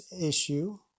issue